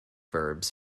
verbs